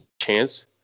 chance